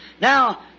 Now